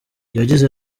yagize